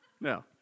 No